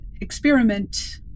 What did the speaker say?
experiment